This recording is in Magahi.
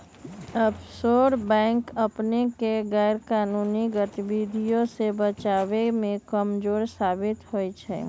आफशोर बैंक अपनेके गैरकानूनी गतिविधियों से बचाबे में कमजोर साबित होइ छइ